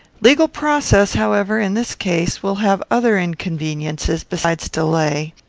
legal process, however, in this case, will have other inconveniences besides delay.